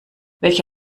welch